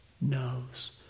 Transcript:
knows